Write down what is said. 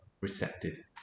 receptive